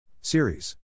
Series